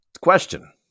question